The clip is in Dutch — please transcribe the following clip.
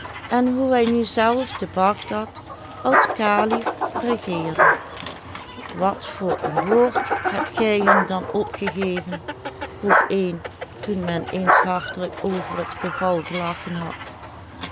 en hoe hij nu zelf te bagdad als kalif regeerde wat voor een woord hebt gij hun dan opgegeven vroeg een toen men eens hartelijk over het geval gelagchen had